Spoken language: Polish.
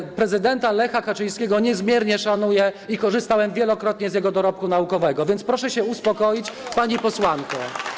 Akurat prezydenta Lecha Kaczyńskiego niezmiernie szanuję i korzystałem wielokrotnie z jego dorobku naukowego, więc proszę się uspokoić, pani posłanko.